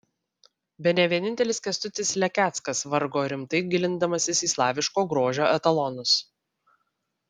bene vienintelis kęstutis lekeckas vargo rimtai gilindamasis į slaviško grožio etalonus